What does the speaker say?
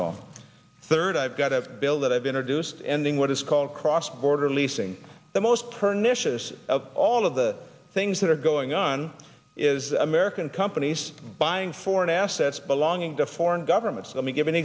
all third i've got a bill that i've introduced ending what is called cross border leasing the most per knishes of all of the things that are going on is american companies buying foreign assets belonging to foreign governments let me give an